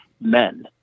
men